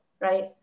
right